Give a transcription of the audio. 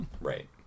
Right